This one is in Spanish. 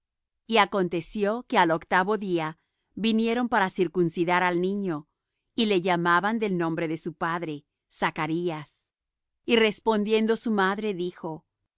y aconteció que al octavo día vinieron para circuncidar al niño y le llamaban del nombre de su padre zacarías y respondiendo su madre dijo no